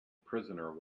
prisoner